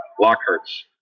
Lockhart's